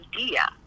idea